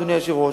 אדוני היושב-ראש,